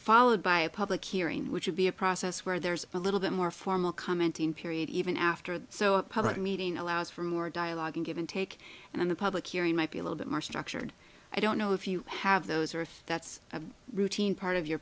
followed by a public hearing which would be a process where there's a little bit more formal commenting period even after that so a public meeting allows for more dialogue and give and take and then the public hearing might be a little bit more structured i don't know if you have those or if that's a routine part of your